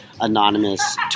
anonymous